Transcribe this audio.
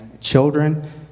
children